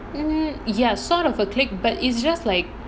mm ya sort of a clique but it's just like